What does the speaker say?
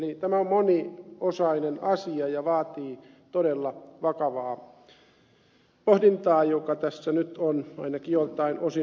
eli tämä on moniosainen asia ja vaatii todella vakavaa pohdintaa joka tässä nyt on ainakin joiltain osin mahdollista